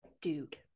dude